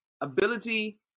ability